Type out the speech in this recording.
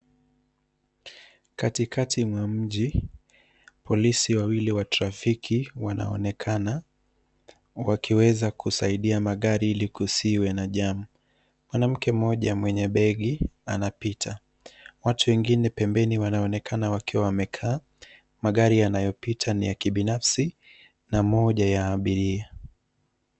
Katikati mwa mji, polisi wawili wa trafiki wanaonekana wakisaidia kuongoza magari ili kuepusha msongamano. Mwanamke mmoja mwenye begi anapita, huku watu wengine pembeni wakiwa wamekaa. Magari yanayopita ni ya kibinafsi na moja ni la abiria.